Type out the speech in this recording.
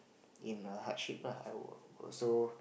in a hardship lah I will also